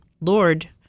Lord